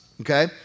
okay